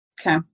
Okay